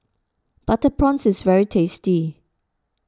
Butter Prawns is very tasty